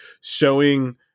showing